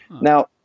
Now